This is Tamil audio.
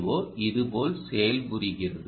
ஓ இதுபோல் செயல்புகிறது